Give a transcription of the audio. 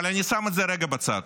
אבל אני שם את זה רגע בצד.